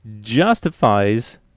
justifies